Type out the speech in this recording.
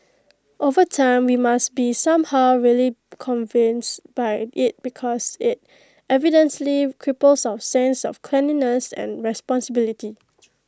over time we must be somehow really convinced by IT because IT evidently cripples our sense of cleanliness and responsibility